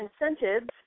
incentives